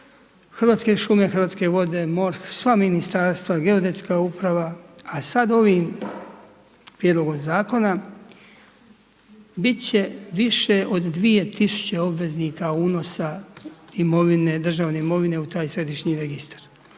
Hrvatske šume, Hrvatske vode, MORH, sva ministarstva, Geodetska uprava a sad ovim prijedlogom zakona biti će više od 2000 obveznika unosa, državne imovine u taj središnji registar.